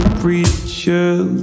preachers